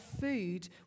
food